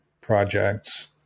projects